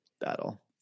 battle